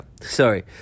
sorry